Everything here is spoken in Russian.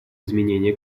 изменения